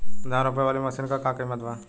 धान रोपे वाली मशीन क का कीमत बा?